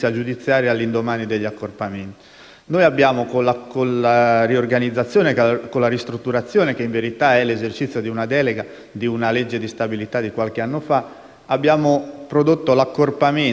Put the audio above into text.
degli accorpamenti. Con la ristrutturazione, che in verità rappresenta l'esercizio di una delega di una legge di stabilità di qualche anno fa, abbiamo prodotto l'accorpamento di una serie di uffici giudiziari,